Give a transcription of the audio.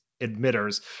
admitters